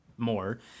more